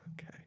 Okay